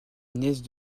nièce